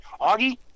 Augie